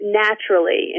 naturally